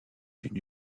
d’une